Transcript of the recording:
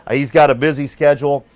ah he's got a busy schedule.